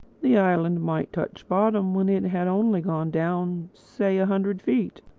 the island might touch bottom when it had only gone down, say, a hundred feet.